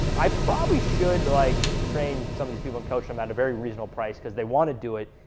i probably should like train some of these people and coach them at a very reasonable price cause they wanna do it,